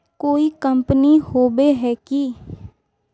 कोई कंपनी होबे है की?